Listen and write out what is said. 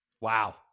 Wow